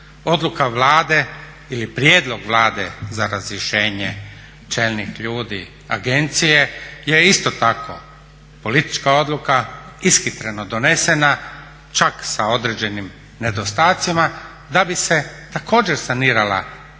Odluka Vlade ili prijedlog Vlade za razrješenje čelnih ljudi agencije je isto tako politička odluka, ishitreno donesena čak sa određenim nedostatcima da bi se također sanirala šteta